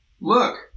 look